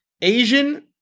Asian